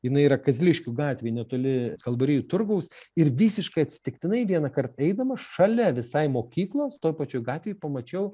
jinai yra kazliškių gatvėj netoli kalvarijų turgaus ir visiškai atsitiktinai vienąkart eidamas šalia visai mokyklos toj pačioj gatvėj pamačiau